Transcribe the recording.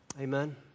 Amen